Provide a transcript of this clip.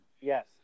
Yes